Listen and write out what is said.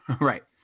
right